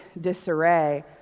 disarray